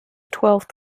twelfth